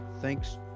Thanks